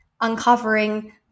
uncovering